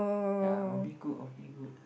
ya all be good all be good